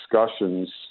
discussions